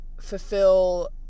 fulfill